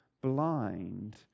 blind